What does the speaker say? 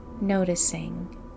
noticing